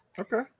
Okay